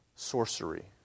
Sorcery